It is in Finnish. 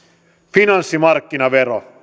finanssimarkkinavero